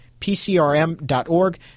PCRM.org